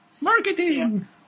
Marketing